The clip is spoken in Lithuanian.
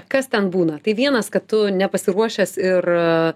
kas ten būna tai vienas kad tu nepasiruošęs ir